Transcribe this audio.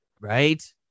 Right